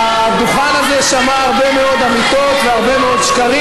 הדוכן הזה שמע הרבה מאוד אמיתות והרבה מאוד שקרים.